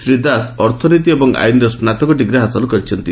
ଶ୍ରୀ ଦାସ ଅର୍ଥନୀତି ଏବଂ ଆଇନରେ ସ୍ନାଭକ ଡିଗ୍ରୀ ହାସଲ କରିଛନ୍ତି